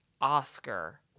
Oscar